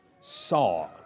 saw